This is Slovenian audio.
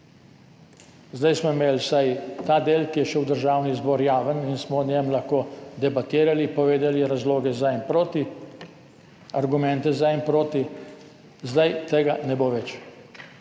Zdaj smo imeli vsaj ta del, ki je šel v Državni zbor, javen in smo o njem lahko debatirali, povedali razloge za in proti, argumente za in proti, zdaj tega ne bo več.